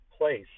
place